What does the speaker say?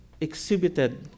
exhibited